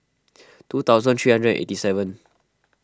two thousand three hundred and eighty seven